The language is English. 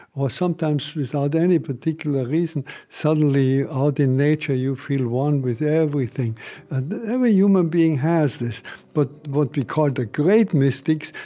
or sometimes, without any particular reason, suddenly out in nature you feel one with everything. and every human being has this but what we call the great mystics,